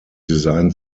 design